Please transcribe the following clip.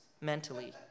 mentally